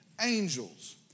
angels